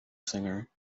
singer